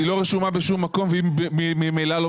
היא לא רשומה בשום מקום וממילא היא לא